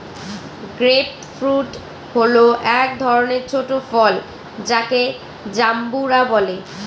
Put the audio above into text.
grape fruit হল এক ধরনের ছোট ফল যাকে জাম্বুরা বলে